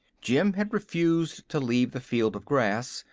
jim had refused to leave the field of grass,